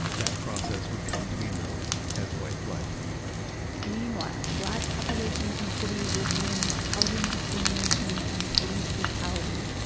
that process would come to be known as white flight meanwhile, black populations in cities, were dealing with housing discrimination and police brutality.